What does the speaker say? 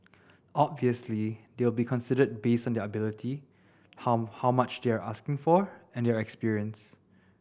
obviously they'll be considered based on their ability how how much they are asking for and their experience